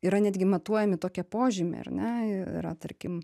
yra netgi matuojami tokie požymiai ar ne yra tarkim